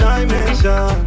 Dimension